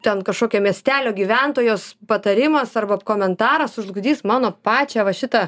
ten kažkokio miestelio gyventojos patarimas arba komentaras sužlugdys mano pačią va šitą